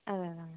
அதான் அதான்